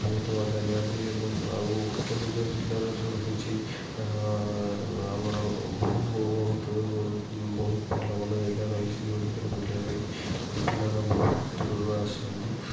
ବହୁତ ମଜା ନିଅନ୍ତି ଏବଂ ଆଉ କେନ୍ଦୁଝର ଜିଲ୍ଲାରେ ଯେଉଁ ରହିଛି ଆମର ବହୁତ ଭଲ ଭଲ ଜାଗା ରହିଛି ଯେଉଁ ଜାଗାରେ ବୁଲିବା ପାଇଁ ପିଲାମାନେ ବହୁତ ଦୂରରୁ ଆସନ୍ତି